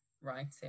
writing